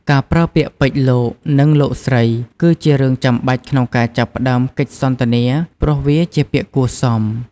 ការប្រើពាក្យពេចន៍ "លោក" និង "លោកស្រី" គឺជារឿងចាំបាច់ក្នុងការចាប់ផ្ដើមកិច្ចសន្ទនា ព្រោះវាជាពាក្យគួរសម។